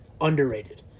Underrated